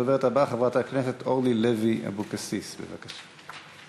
הדוברת הבאה, חברת הכנסת אורלי לוי אבקסיס, בבקשה.